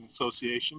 Association